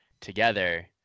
together